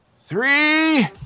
three